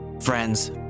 Friends